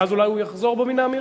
ואז הוא אולי יחזור בו מן האמירה